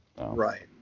Right